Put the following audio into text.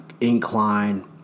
incline